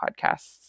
podcasts